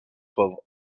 pauvre